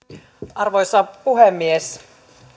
arvoisa puhemies